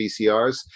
VCRs